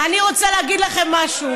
אז אני רוצה להגיד לכם משהו.